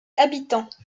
habitants